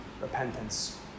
repentance